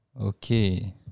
Okay